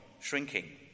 shrinking